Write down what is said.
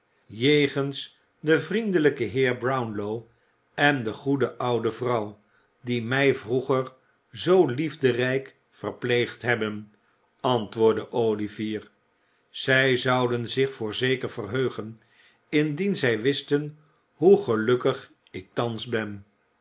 jegens den vriendelijken heer browtilow en de goede oude vrouw die mij vroeger zoo liefderijk verpleegd hebben antwoordde olivier zij zouden zich voorzeker verheugen indien zij wisten hoe gelukkig ik thans ben